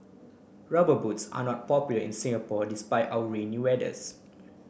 rubber boots are not popular in Singapore despite our rainy weathers